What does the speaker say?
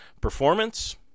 performance